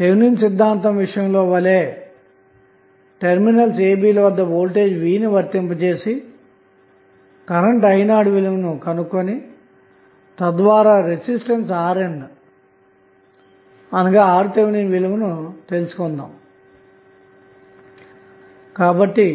Thevenin సిద్ధాంతం విషయంలో వలె టెర్మినల్స్ a b వద్ద వోల్టేజ్ v ని వర్తింపజెసి కరెంటు i0 విలువను కనుగొని తద్వారా రెసిస్టెన్స్ RNఅనగా RTh విలువను తెలుసుకొందాము కాబట్టి